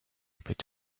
peut